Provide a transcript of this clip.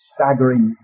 Staggering